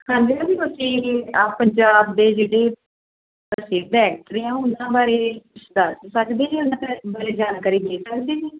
ਹਾਂਜੀ ਮੈਡਮ ਜੀ ਤੁਸੀਂ ਆਹ ਪੰਜਾਬ ਦੇ ਜਿਹੜੇ ਪ੍ਰਸਿੱਧ ਐਕਟਰ ਆ ਉਹਨਾਂ ਬਾਰੇ ਕੁਛ ਦੱਸ ਸਕਦੇ ਆ ਮਤਲਬ ਉਹਨਾਂ ਬਾਰੇ ਜਾਣਕਾਰੀ ਦੇ ਸਕਦੇ ਜੀ